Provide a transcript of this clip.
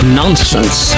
nonsense